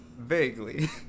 Vaguely